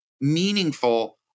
meaningful